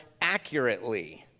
accurately